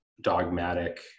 dogmatic